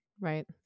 Right